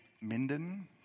Minden